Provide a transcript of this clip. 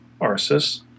arsis